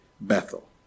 Bethel